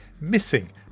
missing